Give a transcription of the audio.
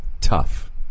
tough